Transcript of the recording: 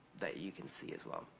that you can see as well.